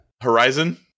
Horizon